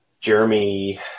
Jeremy